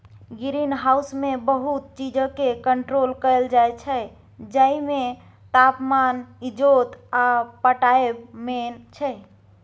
green हाउसमे बहुत चीजकेँ कंट्रोल कएल जाइत छै जाहिमे तापमान, इजोत आ पटाएब मेन छै